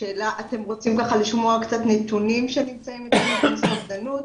אתם רוצים לשמוע קצת נתונים שנמצאים אצלנו בנושא אובדנות,